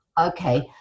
Okay